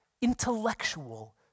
intellectual